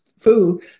food